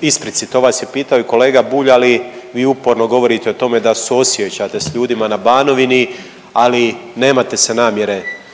isprici, to vas je pitao i kolega Bulj ali vi uporno govorite o tome da suosjećate s ljudima na Banovini, ali nemate se namjere